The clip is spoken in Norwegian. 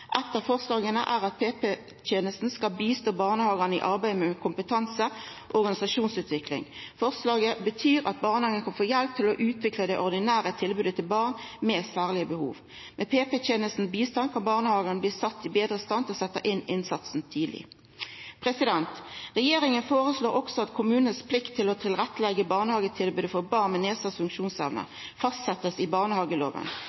av forslaga er at PP-tenesta skal støtta barnehagane i arbeidet med kompetanse- og organisasjonsutvikling. Forslaget betyr at barnehagen kan få hjelp til å utvikla det ordinære tilbodet til barn med særlege behov. Med PP-tenestas bistand kan barnehagane bli sett betre i stand til å setja inn innsatsen tidleg. Regjeringa føreslår også at kommunens plikt til å leggja til rette barnehagetilbodet for barn med